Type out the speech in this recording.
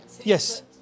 Yes